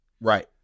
Right